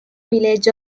village